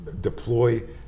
deploy